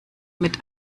mit